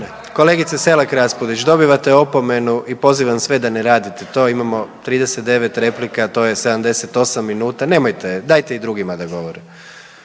Kolegice Selak Raspudić dobivate opomenu i pozivam sve da ne radite to, imamo 39 replika to je 78 minuta, nemojte dajte i drugima da govore.